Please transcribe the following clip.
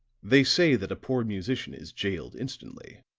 they say that a poor musician is jailed instantly,